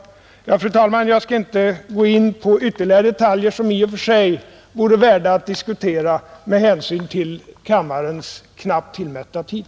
Fru talman! Jag skall inte gå in på ytterligare detaljer, som i och för sig vore värda att diskuteras, med hänsyn till kammarens knappt tillmätta tid.